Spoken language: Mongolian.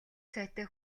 сайтай